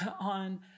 on